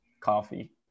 coffee